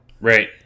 Right